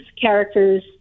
characters